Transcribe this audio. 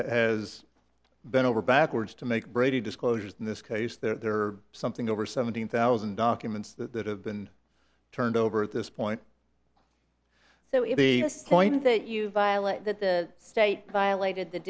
has bent over backwards to make brady disclosures in this case there are something over seventeen thousand documents that have been turned over at this point so if the point is that you violate that the state violated the